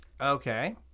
Okay